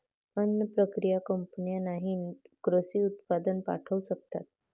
अन्न प्रक्रिया कंपन्यांनाही कृषी उत्पादन पाठवू शकतात